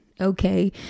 Okay